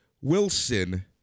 wilson